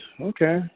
Okay